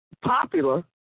popular